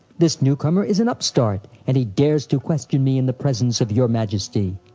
this newcomer is an upstart, and he dares to question me in the presence of your majesty.